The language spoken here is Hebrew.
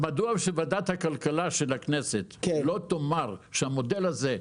מדוע שוועדת הכלכלה של הכנסת לא תדבר על המודל הזה?